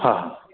हा हा